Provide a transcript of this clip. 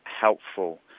helpful